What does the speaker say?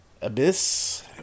Abyss